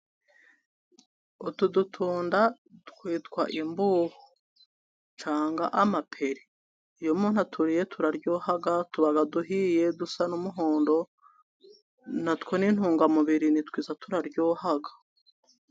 Utu dutunda twitwa imbuhu cyangwa amaperi. Iyo umuntu aturiye turaryoha, tuba duhiye, dusa n'umuhondo. Na two n'intungamubiri ni twiza. turaryohaga